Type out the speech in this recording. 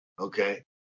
Okay